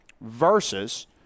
versus